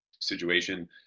situation